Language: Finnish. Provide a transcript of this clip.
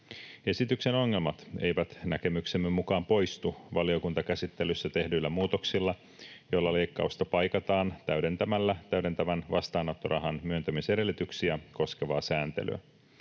Esityksen ongelmat eivät näkemyksemme mukaan poistu valiokuntakäsittelyssä tehdyillä muutoksilla, joilla leikkausta paikataan täydentämällä täydentävän vastaanottorahan myöntämisedellytyksiä koskevaa sääntelyä.